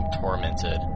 tormented